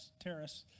terrorists